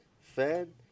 fed